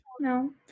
No